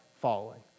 following